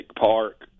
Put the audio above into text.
park